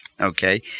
Okay